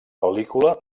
pel·lícula